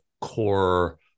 core